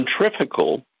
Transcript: Centrifugal